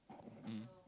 mmhmm